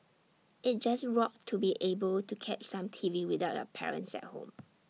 IT just rocked to be able to catch some T V without your parents at home